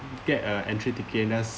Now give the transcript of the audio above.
get a entry